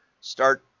start